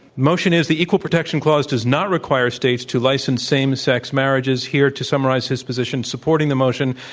motion is, the equal protection clause does not require states to license same sex marriages. here to summarize his position supporting the motion,